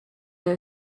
that